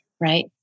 right